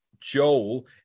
Joel